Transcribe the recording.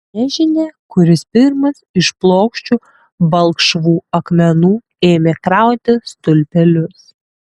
nežinia kuris pirmas iš plokščių balkšvų akmenų ėmė krauti stulpelius